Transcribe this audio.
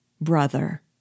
brother